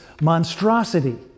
monstrosity